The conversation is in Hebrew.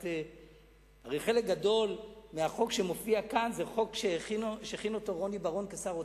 הרי חלק גדול ממה שמופיע כאן זה חוק שהכין רוני בר-און כשר האוצר,